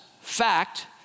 Fact